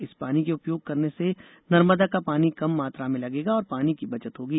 इस पानी के उपयोग करने से नर्मदा का पानी कम मात्रा में लगेगा और पानी की बचत होगी